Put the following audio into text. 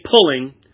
pulling